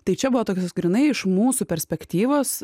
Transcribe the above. tai čia buvo tokios grynai iš mūsų perspektyvos